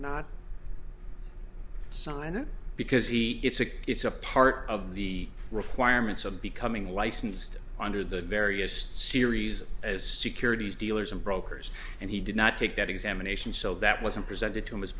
not sign it because he gets it it's a part of the requirements of becoming licensed under the various series as securities dealers and brokers and he did not take that examination so that wasn't presented to him as